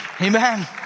Amen